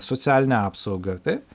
socialinę apsaugą taip